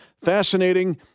fascinating